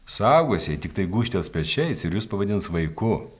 suaugusieji tiktai gūžtels pečiais ir jus pavadins vaiku